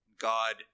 God